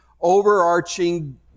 overarching